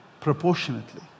proportionately